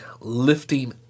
lifting